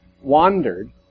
wandered